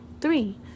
Three